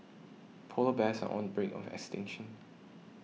Polar Bears are on brink of extinction